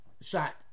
shot